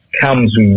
comes